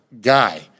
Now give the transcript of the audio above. guy